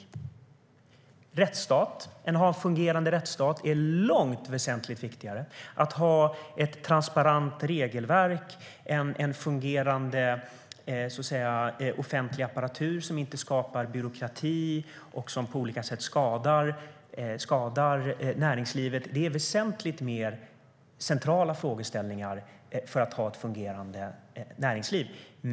Det är väsentligt viktigare att ha en fungerande rättsstat. Att ha ett transparent regelverk och en fungerande offentlig apparat som inte skapar byråkrati och som på olika sätt skadar näringslivet är väsentligt mer centrala frågeställningar för att ha ett fungerande näringsliv.